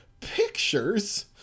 pictures